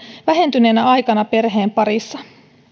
vähentyneenä aikana perheen parissa